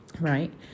Right